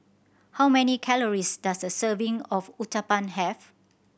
how many calories does a serving of Uthapam have